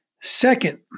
Second